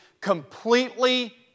completely